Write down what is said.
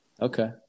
okay